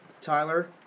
Tyler